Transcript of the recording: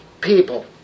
people